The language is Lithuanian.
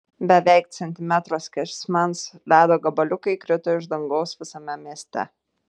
beveik centimetro skersmens ledo gabaliukai krito iš dangaus visame mieste